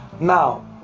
Now